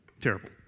Terrible